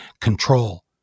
control